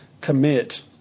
commit